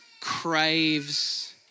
craves